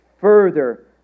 further